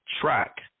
track